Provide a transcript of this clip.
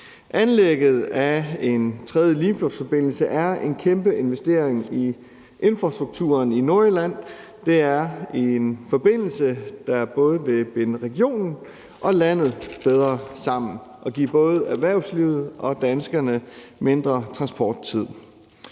Anlæg af en tredje Limfjordsforbindelse er en kæmpe investering i infrastrukturen i Nordjylland. Det er en forbindelse, der både vil binde regionen og landet bedre sammen og give både erhvervslivet og danskerne mindre transporttid.